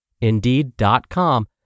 Indeed.com